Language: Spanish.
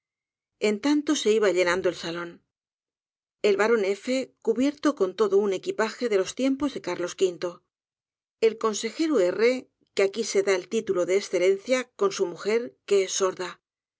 en tanto se iba llenando el salón el barón f cubierto con todo un equipaje de los tiempos de carlos v el consejero it que aqui se da el titulo de escelencia con su mujer que es sorda